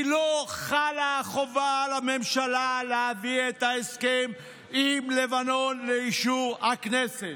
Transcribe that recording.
כי לא חלה חובה על הממשלה להביא את ההסכם עם לבנון לאישור הכנסת.